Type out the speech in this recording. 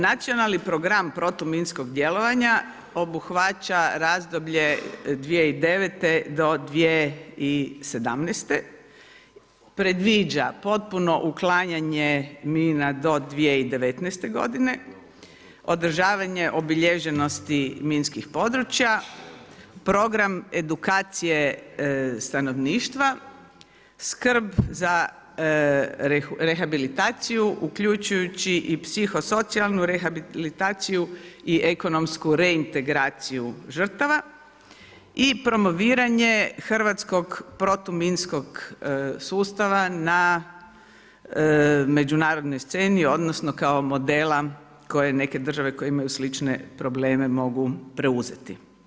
Nacionalni program protuminskog djelovanja, obuhvaća razdoblje 2009.-2017. predviđa potpuno uklanjanje mina do 2019. godine, održavanje obilježenosti minskih područja, program edukacije stanovništva, skrb za rehabilitaciju uključujući i psihosocijalnu rehabilitaciju i ekonomsku reintegraciju žrtava i promoviranje hrvatskog protuminskog sustava na međunarodnoj sceni odnosno kao modela koje neke države koje imaju slične probleme mogu preuzeti.